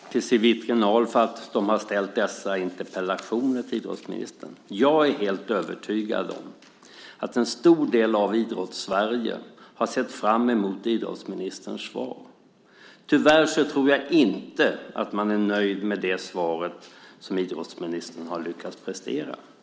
Herr talman! Först och främst vill jag tacka Thomas Bodström och Siw Wittgren-Ahl för att de har ställt dessa interpellationer till idrottsministern. Jag är helt övertygad om att en stor del av Idrotts-Sverige har sett fram emot idrottsministerns svar. Tyvärr tror jag inte att man är nöjd med det svar som idrottsministern har lyckats prestera.